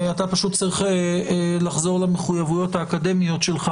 אתה פשוט צריך לחזור למחויבויות האקדמיות שלך,